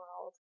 world